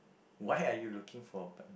why are you looking for a